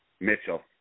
Mitchell